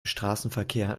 straßenverkehr